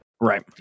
Right